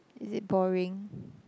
is it boring